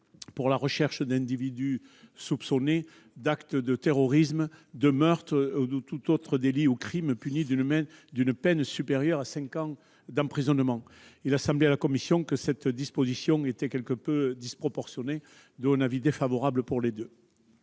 pour la recherche d'individus soupçonnés d'actes de terrorisme, de meurtre ou de tout autre délit ou crime puni d'une peine supérieure à cinq ans d'emprisonnement. Il a semblé à la commission que cette disposition était quelque peu disproportionnée. En conclusion, l'avis de